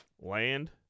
Land